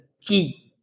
key